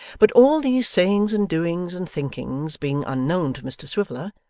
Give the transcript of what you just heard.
but all these sayings and doings and thinkings being unknown to mr swiveller,